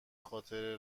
خاطره